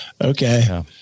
okay